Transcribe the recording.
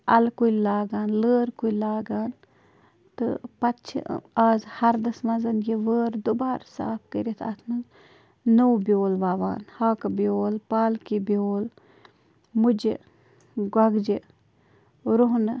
اَلہٕ کُلۍ لاگان لٲر کُلۍ لاگان تہٕ پتہٕ چھِ آز ہردَس منٛز یہِ وٲر دُبار صاف کٔرِتھ اَتھ منٛز نوٚو بیول وَوان ہاکہٕ بیول پالکہِ بیول مُجہِ گۄگجہِ روہنہٕ